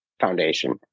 Foundation